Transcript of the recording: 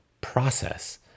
process